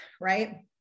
right